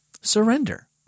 Surrender